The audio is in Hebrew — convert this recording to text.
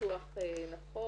צחצוח נכון.